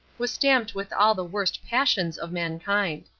was stamped with all the worst passions of mankind.